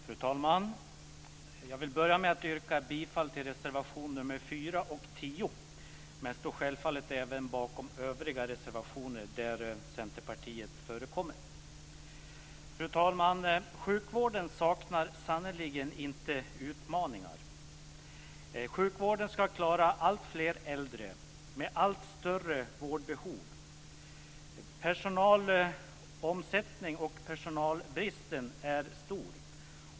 Fru talman! Jag vill börja med att yrka bifall till reservationerna 4 och 10, men står självfallet även bakom övriga reservationer där Centerpartiet förekommer. Fru talman! Sjukvården saknar sannerligen inte utmaningar. Sjukvården ska klara alltfler äldre med allt större vårdbehov. Personalomsättningen och personalbristen är stor.